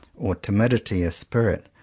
or timidity of spirit,